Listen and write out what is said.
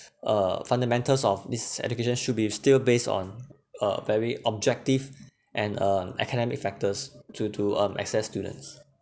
uh fundamentals of this education should be still based on uh very objective and um academic factors to to um assess students